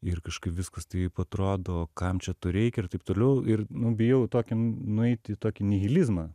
ir kažkaip viskas taip atrodo kam čia to reikia ir taip toliau ir nu bijau į tokį nueit į tokį nihilizmą